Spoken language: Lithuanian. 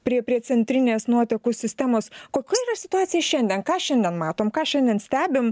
prie prie centrinės nuotekų sistemos kokia situacija šiandien ką šiandien matom ką šiandien stebim